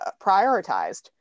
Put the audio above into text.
prioritized